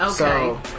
Okay